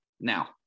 now